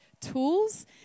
tools